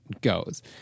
goes